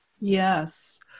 Yes